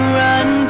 run